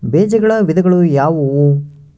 ಬೇಜಗಳ ವಿಧಗಳು ಯಾವುವು?